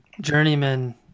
journeyman